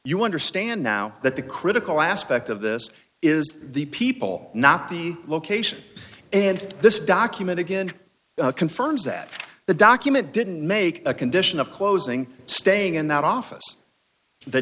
you understand now that the critical aspect of this is the people not the location and this document again confirms that the document didn't make a condition of closing staying in that office the